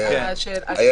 אם